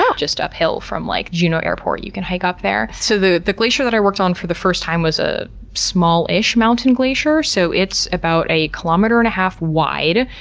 ah just uphill from like juno airport, you can hike up there. so the the glacier that i worked on for the first time was a small-ish mountain glacier. so it's about a kilometer-and-a-half wide,